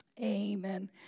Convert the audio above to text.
amen